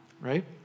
right